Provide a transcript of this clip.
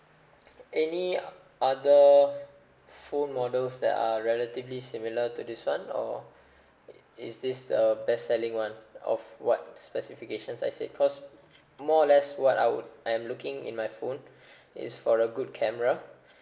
any other phone models that are relatively similar to this one or is this the best selling one of what specifications I said cause more or less what I would I'm looking in my phone is for a good camera